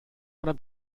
oder